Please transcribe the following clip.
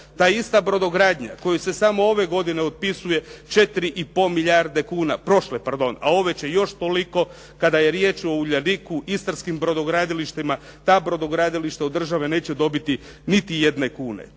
Ta ista brodogradnja kojoj se samo ove godine otpisuje 4,5 prošle pardon, a ove će još toliko. Kada je riječ o "Uljaniku" istarskim brodogradilištima, ta brodogradilišta od države neće dobiti niti jedne kune.